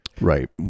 Right